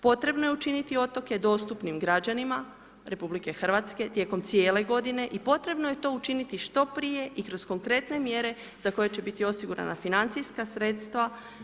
Potrebno je učiniti otoke dostupnim građanima RH tijekom cijele godine i potrebno je to učiniti što prije i kroz konkretne mjere za koje će biti osigurana financijska sredstva.